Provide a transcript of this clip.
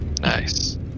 Nice